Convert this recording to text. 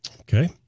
Okay